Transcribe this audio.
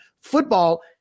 Football